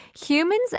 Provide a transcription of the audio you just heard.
humans